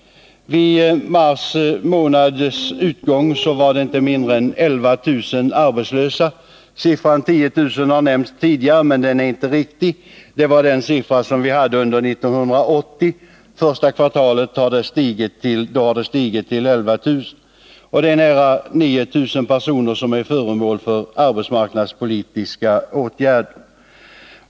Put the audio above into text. Vid mars månads utgång var inte mindre än 11 000 arbetslösa. Siffran 10 000 har nämnts tidigare, men den är inte riktig. Det var siffran för 1980, och under första kvartalet 1981 har den stigit till 11 000. Nära 9000 personer är föremål för arbetsmarknadspolitiska åtgärder.